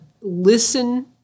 listen